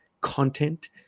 content